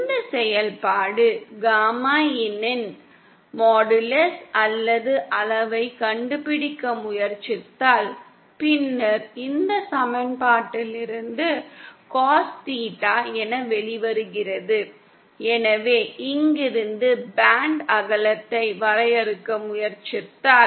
இந்த செயல்பாடு காமாin னின் மாடுலஸ் அல்லது அளவைக் கண்டுபிடிக்க முயற்சித்தால் பின்னர் இந்த சமன்பாட்டிலிருந்து காஸ் தீட்டா என வெளிவருகிறது எனவே இங்கிருந்து பேண்ட் அகலத்தை வரையறுக்க முயற்சித்தால்